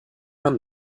man